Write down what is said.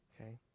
okay